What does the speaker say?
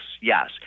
yes